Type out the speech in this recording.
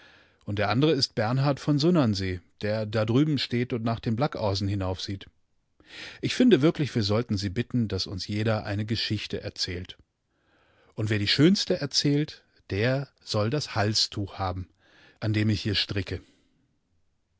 und der andere ist bernhard von sunnansee der da drüben steht und nach dem blackaasen hinaufsieht ich finde wirklich wir sollten sie bitten daß uns jeder eine geschichte erzählt und wer die schönste erzählt der soll das halstuch haben an dem ich hier stricke